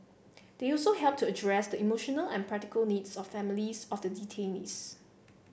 they also helped to address the emotional and practical needs of families of the detainees